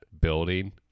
building